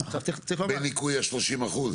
בניכוי ה-30%.